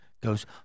goes